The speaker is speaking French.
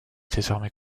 désormais